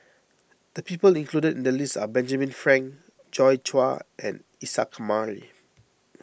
the people included in the list are Benjamin Frank Joi Chua and Isa Kamari